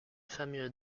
famille